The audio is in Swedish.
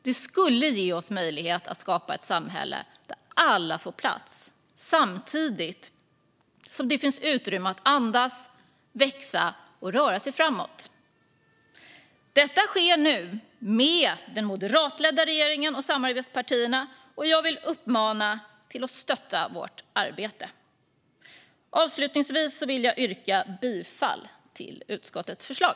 Det skulle ge oss möjlighet att skapa ett samhälle där alla får plats, samtidigt som det finns utrymme att andas, växa och röra sig framåt. Detta sker nu, med den moderatledda regeringen och samarbetspartierna, och jag vill uppmana till att stötta vårt arbete. Avslutningsvis vill jag yrka bifall till utskottets förslag.